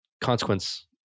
consequence